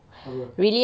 apa